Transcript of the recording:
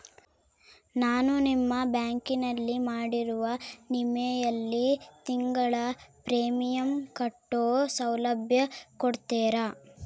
ನಾನು ನಿಮ್ಮ ಬ್ಯಾಂಕಿನಲ್ಲಿ ಮಾಡಿರೋ ವಿಮೆಯಲ್ಲಿ ತಿಂಗಳ ಪ್ರೇಮಿಯಂ ಕಟ್ಟೋ ಸೌಲಭ್ಯ ಕೊಡ್ತೇರಾ?